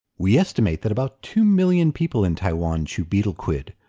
we estimate that about two million people in taiwan chew betel quid,